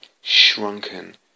shrunken